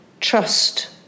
trust